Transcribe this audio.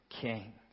king